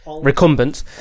recumbent